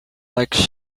like